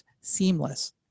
seamless